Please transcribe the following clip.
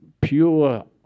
pure